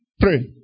pray